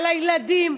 על הילדים,